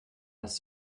das